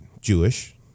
jewish